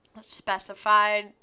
specified